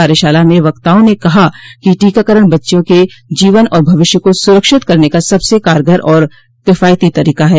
कार्यशाला में वक्ताओं ने कहा कि टीकाकरण बच्चें के जीवन और भविष्य को सुरक्षित करने का सबसे कारगर और किफायती तरीका है